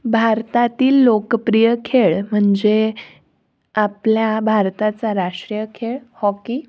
भारतातील लोकप्रिय खेळ म्हणजे आपल्या भारताचा राष्ट्रीय खेळ हॉकी